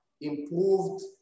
improved